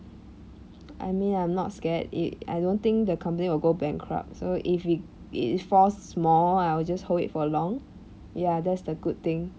I mean I'm not scared i~ I don't think the company will go bankrupt so if it if it falls small I'll just hold it for long ya that's the good thing